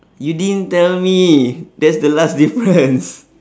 you didn't tell me that's the last difference